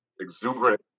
exuberant